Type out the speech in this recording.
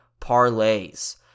parlays